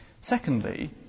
Secondly